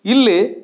ಇಲ್ಲಿ